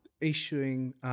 issuing